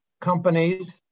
companies